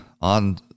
on